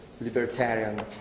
libertarian